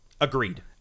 Agreed